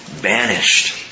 banished